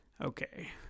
okay